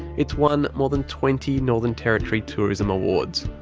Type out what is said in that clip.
it's won more than twenty northern territory tourism awards.